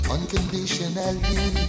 Unconditionally